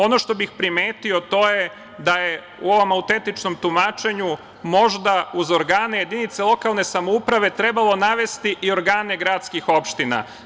Ono što bih primetio, a to je da je u ovom autentičnom tumačenju možda, uz organe jedinice lokalne samouprave, trebalo navesti i organe gradskih opština.